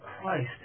Christ